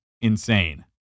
insane